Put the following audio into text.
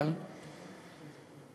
לעלות להגיב.